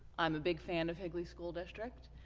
i'm a big fan of higley school district,